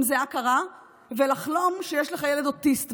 זיעה קרה ולחלום שיש לך ילד אוטיסט,